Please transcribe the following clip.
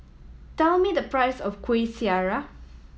tell me the price of Kuih Syara